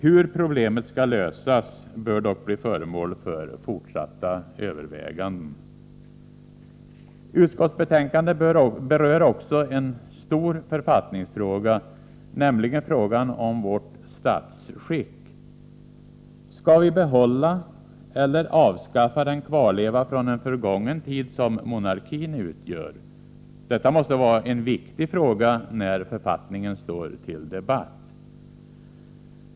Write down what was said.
Hur problemet skall lösas bör dock bli föremål för fortsatta överväganden. Utskottsbetänkandet berör också en stor författningsfråga, nämligen frågan om vårt statsskick. Skall vi behålla eller avskaffa den kvarleva från en Vissa frågor på det Vissa frågor på det förgången tid som monarkin utgör? Detta måste vara en viktig fråga när författningen står under debatt.